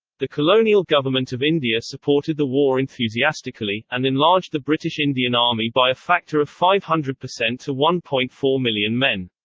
the colonial government of india supported the war enthusiastically, and enlarged the british indian army by a factor of five hundred percent to one point four million men.